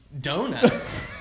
Donuts